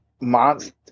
monster